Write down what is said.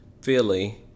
Philly